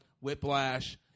Whiplash